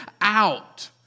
out